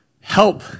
help